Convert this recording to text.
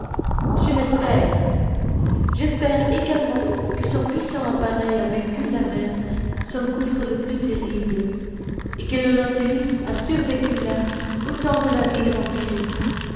je l'espère j'espère également que son puissant appareil a vaincu la mer dans son gouffre le plus terrible et que le nautilus a survécu là où tant de navires ont péri